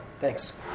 Thanks